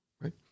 right